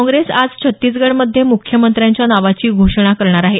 काँग्रेस आज छत्तीसगडमध्ये मुख्यमंत्र्याच्या नावाची घोषणा करणार आहे